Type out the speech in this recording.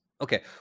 okay